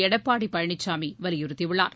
எடப்பாடி பழனிசாமி வலியுறுத்தியுள்ளார்